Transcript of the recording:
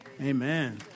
Amen